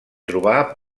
trobar